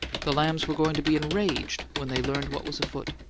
the lambs were going to be enraged when they learned what was afoot.